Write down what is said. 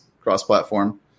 cross-platform